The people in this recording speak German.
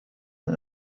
und